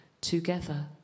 together